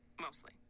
mostly